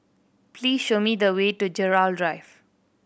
please show me the way to Gerald Drive